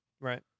right